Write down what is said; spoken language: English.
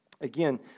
again